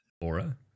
Aura